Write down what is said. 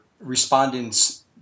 respondents